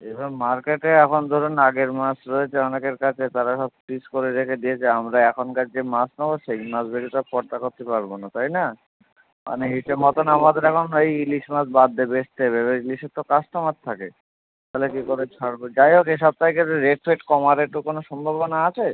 এরম মার্কেটে এখন ধরুন আগের মাছ রয়েছে অনেকের কাছে তারা সব ফ্রিজ করে রেখে দিয়েছে আমরা এখনকার যে মাছ পাবো সেই মাছগুলো সব খরচা করতে পারবো না তাই না মানে হিসেব মতো আমাদের এখন এই ইলিশ মাছ বাদ দিয়ে বেচতে হবে এবার ইলিশের তো কাস্টোমার থাকে তালে কী করে ছাড়বো যাই হোক এ সপ্তাহে একটু রেট ফেট কম আরে একটু কোনো সম্ভাবনা আছে